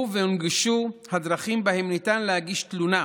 והונגשו הדרכים שבהן ניתן להגיש תלונה,